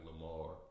Lamar